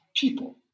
people